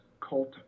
cult